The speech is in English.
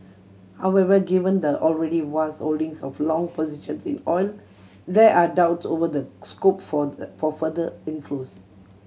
however given the already vast holdings of long positions in oil there are doubts over the scope for for further inflows